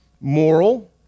moral